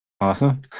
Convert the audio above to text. Awesome